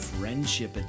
friendship